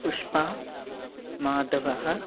पुष्पा माधवः